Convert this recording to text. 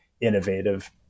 innovative